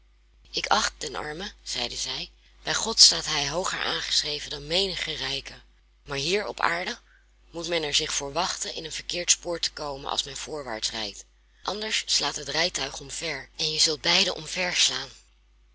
ik acht den arme zeide zij bij god staat hij hooger aangeschreven dan menige rijke maar hier op aarde moet men er zich voor wachten in een verkeerd spoor te komen als men voorwaarts rijdt anders slaat het rijtuig omver en je zult beiden omverslaan